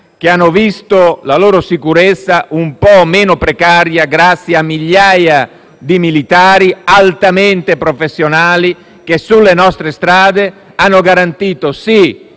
hanno visto la loro sicurezza un po' meno precaria grazie a migliaia di militari, altamente professionali, che hanno garantito il